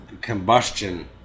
combustion